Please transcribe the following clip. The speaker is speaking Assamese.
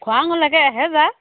খোৱাঙ লৈকে এহেজাৰ